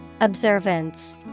Observance